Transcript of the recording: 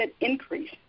increase